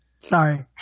sorry